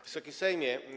Wysoki Sejmie!